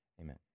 amen